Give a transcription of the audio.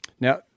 Now